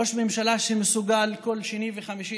ראש ממשלה שמסוגל כל שני וחמישי,